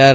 R